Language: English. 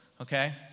Okay